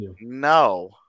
no